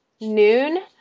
noon